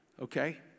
okay